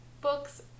books